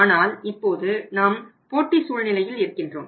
ஆனால் இப்போது நாம் போட்டி சூழ்நிலையில் இருக்கின்றோம்